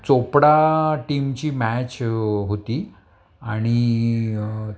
चोपडा टीमची मॅच होती आणि